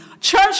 Church